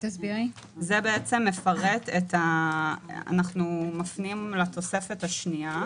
זה בעצם מפרט: אנחנו מפנים לתוספת השנייה.